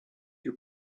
you